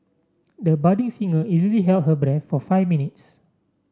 the budding singer easily held her breath for five minutes